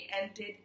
ended